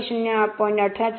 16 ते 0